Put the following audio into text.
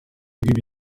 uburyo